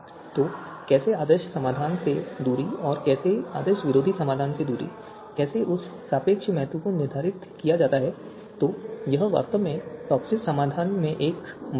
तो कैसे आदर्श समाधान से दूरी और कैसे आदर्श विरोधी समाधान से दूरी कैसे उस सापेक्ष महत्व को निर्धारित किया जाता है तो यह वास्तव में टॉपसिस समाधान में एक मुद्दा है